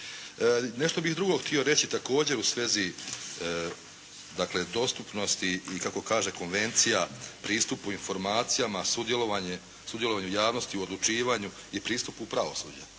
Nešto bih drugo htio reći također u svezi dostupnosti i kako kaže konvencija pristupu informacijama sudjelovanja javnosti u odlučivanju i pristupu pravosuđu.